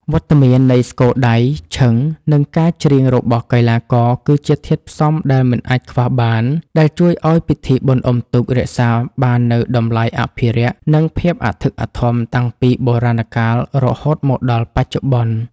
វត្តមាននៃស្គរដៃ ឈឹង និងការច្រៀងរបស់កីឡាករ គឺជាធាតុផ្សំដែលមិនអាចខ្វះបាន ដែលជួយឱ្យពិធីបុណ្យអុំទូករក្សាបាននូវតម្លៃអភិរក្ស និងភាពអធិកអធមតាំងពីបុរាណកាលរហូតមកដល់បច្ចុប្បន្ន។